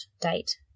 date